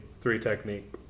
three-technique